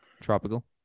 Tropical